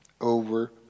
over